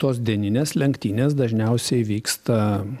tos dieninės lenktynės dažniausiai vyksta